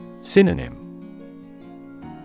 Synonym